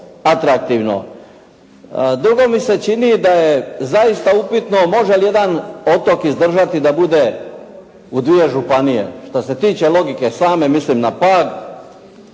atraktivno. Drugo mi se čini da je zaista upitno može li jedan otok izdržati da bude u dvije županije. Što se tiče logike same mislim na Pag.